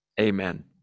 Amen